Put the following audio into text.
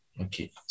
Okay